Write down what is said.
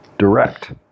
direct